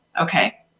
Okay